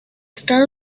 start